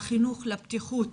החינוך לבטיחות